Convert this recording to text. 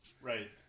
Right